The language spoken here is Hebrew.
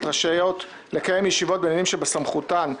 רשאיות לקיים ישיבות בעניינים שבסמכותן,